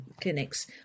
clinics